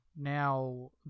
Now